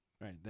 right